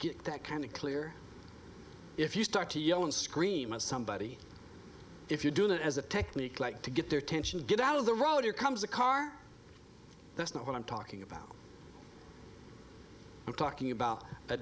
get that kind of clear if you start to yell and scream at somebody if you do that as a technique like to get their attention get out of the road or comes a car that's not what i'm talking about i'm talking about a